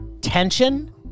tension